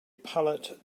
pallet